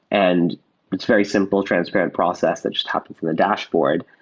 and it's very simple transparent process that just happen from the dashboard,